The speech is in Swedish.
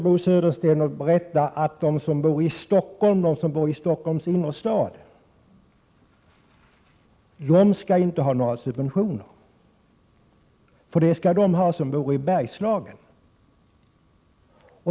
Bo Södersten hävdar att de som bor i Stockholms innerstad inte skall ha några subventioner — dem skall de ha som bor i Bergslagen.